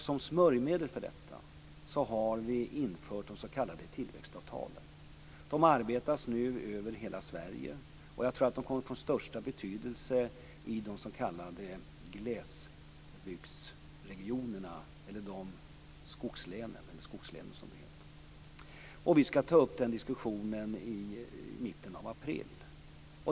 Som smörjmedel för detta har vi infört de s.k. tillväxtavtalen. Det arbetas nu med dem över hela Sverige, och jag tror att de kommer att få den största betydelsen i skogslänen. Vi skall ta upp den diskussionen i mitten av april.